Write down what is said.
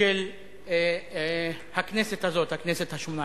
של הכנסת הזאת, הכנסת השמונה-עשרה.